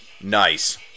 Nice